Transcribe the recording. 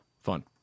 fun